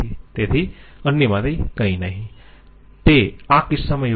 તેથી અન્યમાંથી કંઈ નહીં તે આ કિસ્સામાં યોગ્ય છે